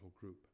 group